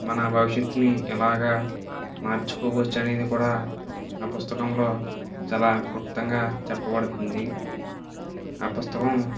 మన భవిష్యత్తుని ఎలాగా మార్చుకోవచ్చు అనేది కూడా ఆ పుస్తకంలో చాలా క్లుప్తంగా చెప్పబడుతుంది ఆ పుస్తకం